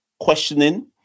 questioning